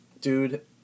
dude